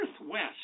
Northwest